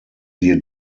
wir